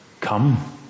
come